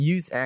Use